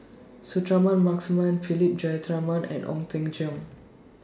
Suratman Markasan Philip Jeyaretnam and Ong Teng Cheong